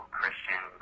Christian